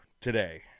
today